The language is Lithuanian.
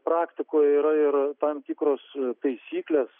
praktikoje yra ir tam tikros taisyklės